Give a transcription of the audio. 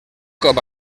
cop